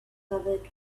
covered